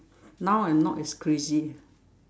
now I'm not as crazy